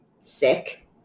sick